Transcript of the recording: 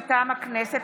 מטעם הכנסת,